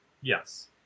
Yes